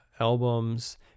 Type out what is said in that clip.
albums